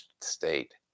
State